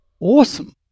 awesome